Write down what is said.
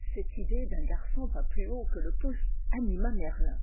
cette idée d'un garçon pas plus haut que le pouce anima merlin